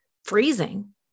freezing